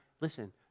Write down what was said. listen